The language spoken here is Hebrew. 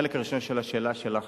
החלק הראשון של השאלה שלך,